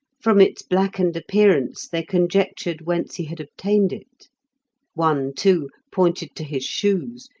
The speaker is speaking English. from its blackened appearance they conjectured whence he had obtained it one, too, pointed to his shoes,